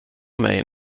mig